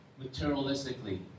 materialistically